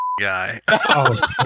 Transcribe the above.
guy